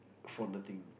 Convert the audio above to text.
for nothing